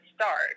start